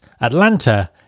Atlanta